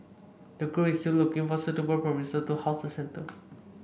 the group is still looking for suitable premises to house the centre